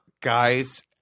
Guys